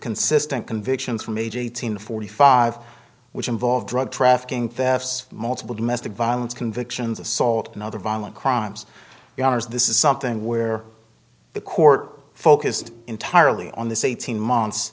consistent convictions from age eighteen forty five which involve drug trafficking thefts multiple domestic violence convictions assault and other violent crimes the owners this is something where the court focused entirely on this eighteen months